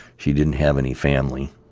she didn't have any family,